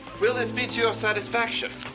will this be to your satisfaction?